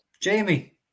Jamie